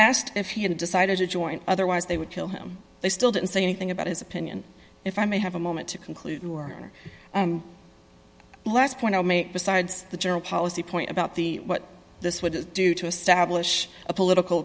asked if he had decided to join otherwise they would kill him they still didn't say anything about his opinion if i may have a moment to conclude our last point i'll make besides the general policy point about the what this would do to establish a political